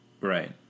Right